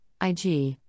Ig